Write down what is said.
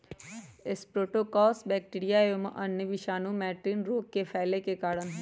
streptococcus bacteria एवं अन्य विषाणु मैटिन रोग के फैले के कारण हई